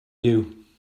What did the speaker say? you